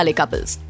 couples